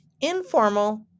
informal